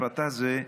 הפרטה זה,